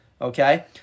okay